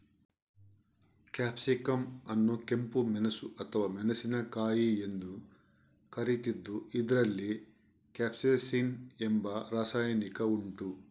capsicum ಅನ್ನು ಕೆಂಪು ಮೆಣಸು ಅಥವಾ ಮೆಣಸಿನಕಾಯಿ ಎಂದು ಕರೀತಿದ್ದು ಇದ್ರಲ್ಲಿ ಕ್ಯಾಪ್ಸೈಸಿನ್ ಎಂಬ ರಾಸಾಯನಿಕ ಉಂಟು